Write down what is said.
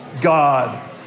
God